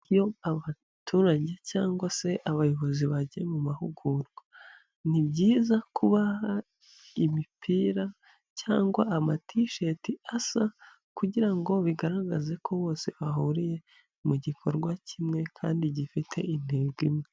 Iyo abaturage cyangwa se abayobozi bagiye mu mahugurwa ni byiza kubaha imipira cyangwa amatisheti asa kugira ngo bigaragaze ko bose bahuriye mu gikorwa kimwe kandi gifite intego imwe.